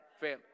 family